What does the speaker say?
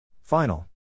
Final